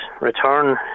return